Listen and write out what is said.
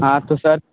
हाँ तो सर